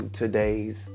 today's